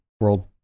world